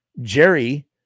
Jerry